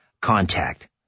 Contact